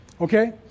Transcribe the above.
Okay